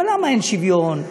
אבל למה אין שוויון?